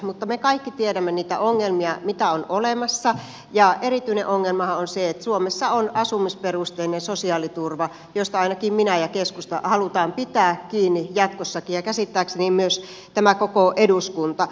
mutta me kaikki tiedämme niitä ongelmia mitä on olemassa ja erityinen ongelmahan on se että suomessa on asumisperusteinen sosiaaliturva josta ainakin minä ja keskusta haluamme pitää kiinni jatkossakin ja käsittääkseni myös tämä koko eduskunta